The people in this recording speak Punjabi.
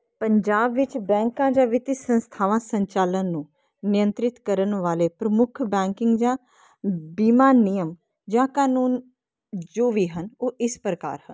ਪੰਜਾਬ ਵਿੱਚ ਬੈਂਕਾਂ ਜਾਂ ਵਿਧੀ ਸੰਸਥਾਵਾਂ ਸੰਚਾਲਨ ਨੂੰ ਨਿਅੰਤਰਿਤ ਕਰਨ ਵਾਲੇ ਪ੍ਰਮੁੱਖ ਬੈਂਕਿੰਗ ਜਾਂ ਬੀਮਾ ਨਿਯਮ ਜਾਂ ਕਾਨੂੰਨ ਜੋ ਵੀ ਹਨ ਉਹ ਇਸ ਪ੍ਰਕਾਰ ਹਨ